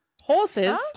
Horses